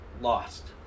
lost